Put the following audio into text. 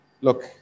Look